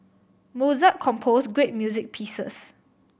Mozart compose great music pieces